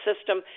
system